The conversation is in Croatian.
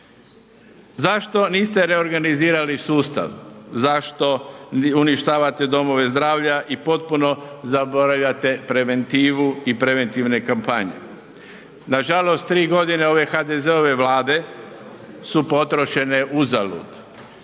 Zašto niste reorganizirali sustav? Zašto uništavate domove zdravlja i potpuno zaboravljate preventivu i preventivne kampanje? Nažalost, tri godine ove HDZ-ove Vlade su potrošene uzalud